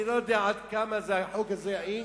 אני לא יודע עד כמה החוק הזה יעיל,